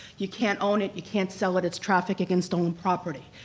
you can't own it, you can't sell it, it's trafficked, again, stolen property.